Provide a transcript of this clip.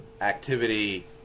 Activity